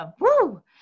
Woo